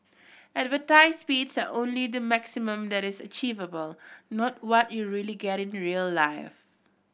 advertised speeds are only the maximum that is achievable not what you really get in real life